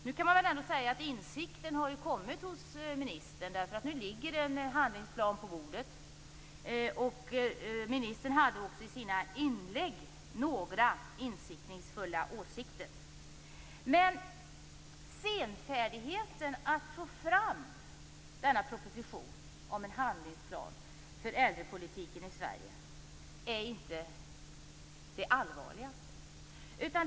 Nu kan man väl ändå säga att insikten har kommit hos ministern. Nu ligger det en handlingsplan på bordet, och ministern hade också i sina inlägg några insiktsfulla åsikter. Men senfärdigheten att få fram denna proposition om en handlingsplan för äldrepolitiken i Sverige är inte det allvarligaste.